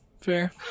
Fair